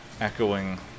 Echoing